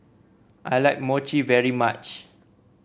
I like Mochi very much